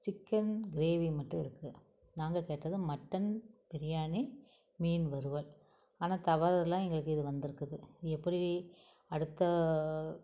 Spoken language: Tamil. சிக்கன் கிரேவியும் மட்டும் இருக்குது நாங்கள் கேட்டது மட்டன் பிரியாணி மீன் வறுவல் ஆனால் தவறுதலாக எங்களுக்கு இது வந்திருக்குது எப்படி அடுத்த